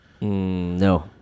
No